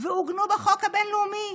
ועוגנו בחוק הבין-לאומי.